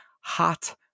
Hot